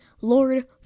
Lord